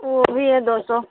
وہ بھی ہے دو سو